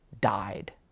died